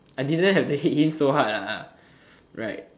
I didn't have to hate him so hard lah ah right